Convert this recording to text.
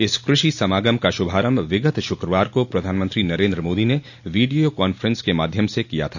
इस कृषि समागम का शुभारंभ विगत शुक्रवार को प्रधानमंत्री नरेन्द्र मोदी ने वीडियो काफेंस के माध्यम से किया था